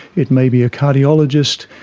it may be a cardiologist,